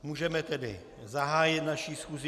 Můžeme tedy zahájit naši schůzi.